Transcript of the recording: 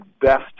best